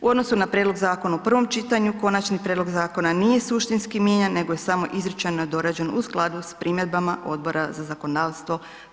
U odnosu na prijedlog zakona u prvom čitanju Konačni prijedlog zakona nije suštinski mijenjan nego je samo izričito dorađen u skladu s primjedbama Odbora za zakonodavstvo HS.